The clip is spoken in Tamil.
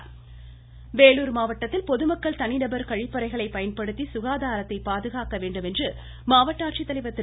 வேலூர் விழிப்புணர்வு மாவட்டத்தில் பொதுமக்கள் தனிநபர் கழிப்பறைகளை பயன்படுத்தி வேலூர் சுகாதாரத்தை பாதுகாக்க வேண்டும் என்று மாவட்ட ஆட்சித்தலைவா் திரு